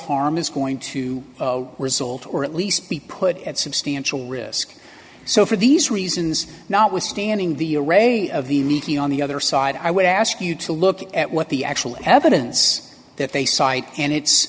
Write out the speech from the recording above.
harm is going to result or at least be put at substantial risk so for these reasons notwithstanding the array of the meeting on the other side i would ask you to look at what the actual evidence that they cite and it's